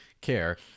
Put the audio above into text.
care